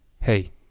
hey